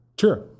Sure